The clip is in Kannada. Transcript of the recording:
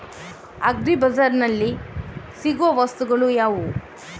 ಅಗ್ರಿ ಬಜಾರ್ನಲ್ಲಿ ಸಿಗುವ ವಸ್ತುಗಳು ಯಾವುವು?